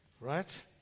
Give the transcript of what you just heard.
right